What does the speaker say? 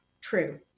true